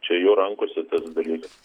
čia jų rankose tas dalykas